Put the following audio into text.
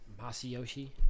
Masayoshi